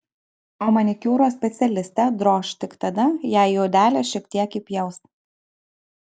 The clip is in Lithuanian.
o manikiūro specialistę droš tik tada jei į odelę šiek tiek įpjaus